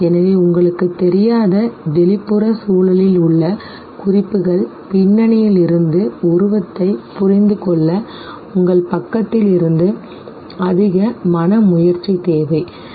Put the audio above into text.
எனவே உங்களுக்குத் தெரியாத வெளிப்புற சூழலில் உள்ள குறிப்புகள் பின்னணியில் இருந்து உருவத்தை புரிந்துகொள்ள உங்கள் பக்கத்திலிருந்து அதிக மன முயற்சி தேவை சரி